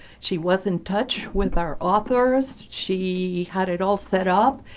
she was in touch with our authors. she had it all set up.